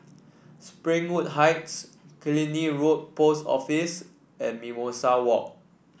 Springwood Heights Killiney Road Post Office and Mimosa Walk